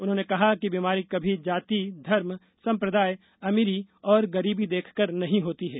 उन्होंने कहा कि बीमारी कभी जाति धर्म संप्रदाय अमीरी और गरीबी देखकर नहीं होती है